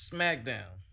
Smackdown